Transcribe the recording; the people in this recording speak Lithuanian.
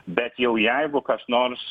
bet jau jeigu kas nors